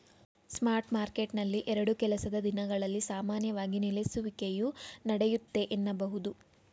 spot ಮಾರ್ಕೆಟ್ನಲ್ಲಿ ಎರಡು ಕೆಲಸದ ದಿನಗಳಲ್ಲಿ ಸಾಮಾನ್ಯವಾಗಿ ನೆಲೆಸುವಿಕೆಯು ನಡೆಯುತ್ತೆ ಎನ್ನಬಹುದು